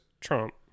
Trump